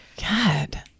God